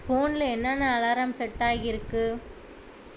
ஃபோனில் என்னென்ன alarm set ஆகியிருக்கு